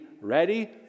ready